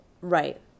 Right